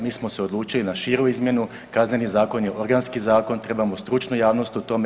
Mi smo se odlučili na širu izmjenu, Kazneni zakon je organski zakon treba mu stručna javnost u tome.